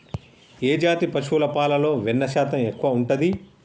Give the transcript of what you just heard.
ఏ జాతి పశువుల పాలలో వెన్నె శాతం ఎక్కువ ఉంటది?